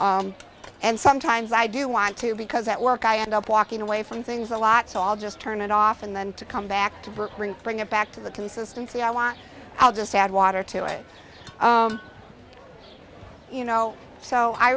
to and sometimes i do want to because at work i end up walking away from things a lot so i'll just turn it off and then to come back to brooklyn bring it back to the consistency i want i'll just add water to it you know so i